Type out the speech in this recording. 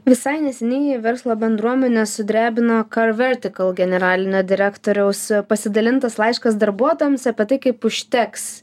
visai neseniai verslo bendruomenę sudrebino car vertical generalinio direktoriaus pasidalintas laiškas darbuotojams apie tai kaip užteks